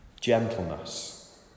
gentleness